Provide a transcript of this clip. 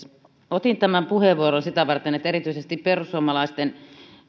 otin tämän puheenvuoron sitä varten että erityisesti perussuomalaisten